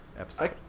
episode